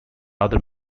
other